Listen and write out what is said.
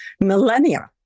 millennia